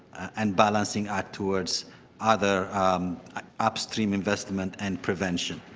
and balancing act towards other upstream investment and prevention.